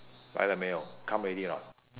来了没有 come already or not